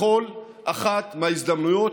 בכל אחת מההזדמנויות,